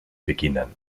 beginnen